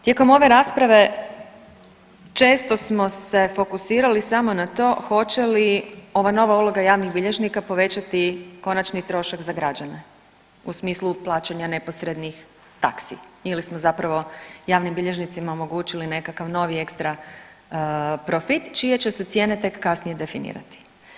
Tijekom ove rasprave često smo se fokusirali samo na to hoće li ova nova uloga javnih bilježnika povećati konačni trošak za građane u smislu plaćanja neposrednih taksi ili smo zapravo javnim bilježnicima omogućili nekakav novi ekstra profit čije će se cijene tek kasnije definirati.